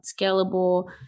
scalable